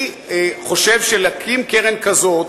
אני חושב שקרן כזאת,